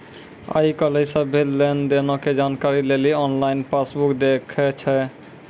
आइ काल्हि सभ्भे लेन देनो के जानकारी लेली आनलाइन पासबुक देखै छै